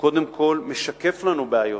קודם כול משקף לנו בעיות.